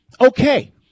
okay